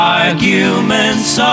arguments